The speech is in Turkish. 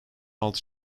altı